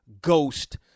ghost